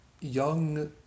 young